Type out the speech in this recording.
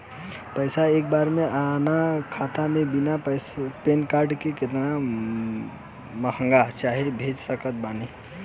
पैसा एक बार मे आना खाता मे बिना पैन कार्ड के केतना मँगवा चाहे भेज सकत बानी?